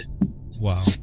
Wow